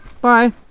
Bye